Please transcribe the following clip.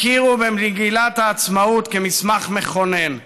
הכירו במגילת העצמאות כמסמך המכונן שלנו,